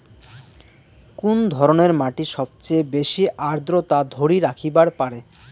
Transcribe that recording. কুন ধরনের মাটি সবচেয়ে বেশি আর্দ্রতা ধরি রাখিবার পারে?